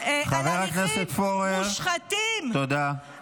חבר הכנסת פורר, תודה.